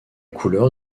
couleur